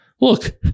look